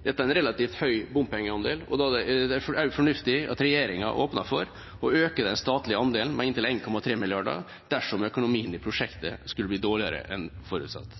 Dette er en relativt høy bompengeandel, og det er også fornuftig at regjeringa åpner for å øke den statlige andelen med inntil 1,3 mrd. kr dersom økonomien i prosjektet skulle bli dårligere enn forutsatt.